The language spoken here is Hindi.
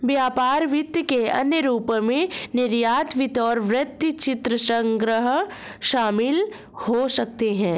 व्यापार वित्त के अन्य रूपों में निर्यात वित्त और वृत्तचित्र संग्रह शामिल हो सकते हैं